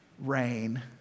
rain